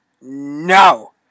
No